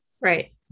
right